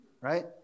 Right